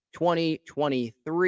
2023